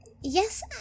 yes